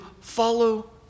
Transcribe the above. follow